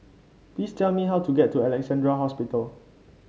please tell me how to get to Alexandra Hospital